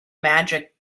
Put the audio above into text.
magic